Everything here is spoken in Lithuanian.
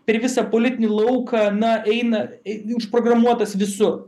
per visą politinį lauką na eina užprogramuotas visur